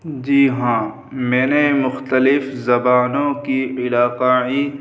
جی ہاں میں نے مختلف زبانوں کی علاقائی